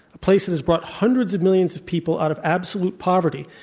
place that has brought hundreds of millions of people out of absolute poverty.